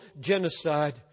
genocide